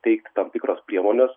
teikt tam tikras priemones